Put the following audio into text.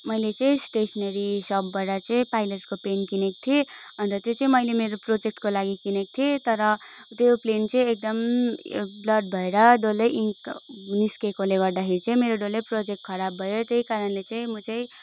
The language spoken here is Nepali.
मैले चाहिँ स्टेसनरी सपबाट चाहिँ पाइलटको पेन किनेको थिएँ अन्त त्यो चाहिँ मैले मेरो प्रोजेक्टको लागि किनेको थिएँ तर त्यो पेन चाहिँ एकदम यो ब्लड भएर डल्लै इङ्क निस्किएकोले गर्दाखेरि चाहिँ मेरो डल्लै प्रोजेक्ट खराब भयो त्यही कारणले चाहिँ म चाहिँ